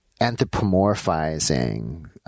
anthropomorphizing